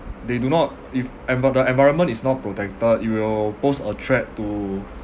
they do not if envi~ the environment is not protected it will pose a threat to